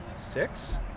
Six